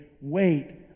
wait